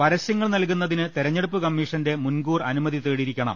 പരസ്യങ്ങൾ നൽകുന്നതിന് തെരഞ്ഞെടുപ്പ് കമ്മീഷന്റെ മുൻകൂർ അനുമതി തേടിയിരിക്കണം